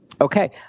Okay